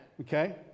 Okay